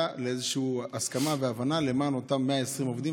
לאיזושהי הסכמה והבנה למען אותם 120 עובדים,